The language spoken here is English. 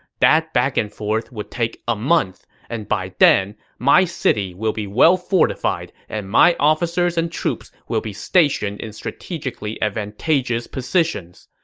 that back-and-forth would take a month, and by then my city will be well-fortified and my officers and troops will be stationed in strategically advantageous positions.